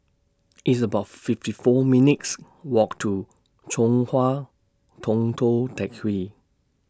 It's about fifty four minutes' Walk to Chong Hua Tong Tou Teck Hwee